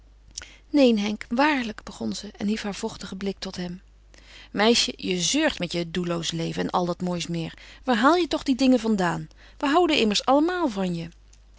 neen henk waarlijk begon ze en hief haar vochtigen blik tot hem meisje je zeurt met je doelloos leven en al dat moois meer waar haal je toch die dingen vandaan we houden immers allemaal van je